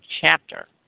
chapter